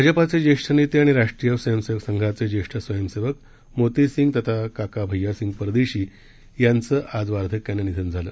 भाजपाचे ज्येष्ठ नेते आणि राष्ट्रीय स्वयंसेवक संघाचे ज्येष्ठ स्वयंसेवक मोतीसिंग तथा काका भय्यासिंग परदेशी यांचं आज वार्धक्यानं निधन झालं